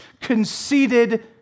conceited